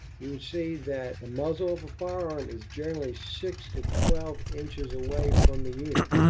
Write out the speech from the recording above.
you would see that the muzzle of a firearm is generally six to twelve inches away from the unit.